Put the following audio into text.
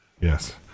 Yes